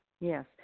yes